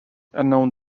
unknown